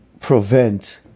prevent